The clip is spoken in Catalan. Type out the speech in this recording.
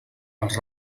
els